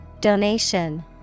Donation